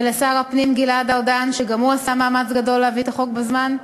ולשר הפנים גלעד ארדן שגם הוא עשה מאמץ גדול להביא את החוק בזמן,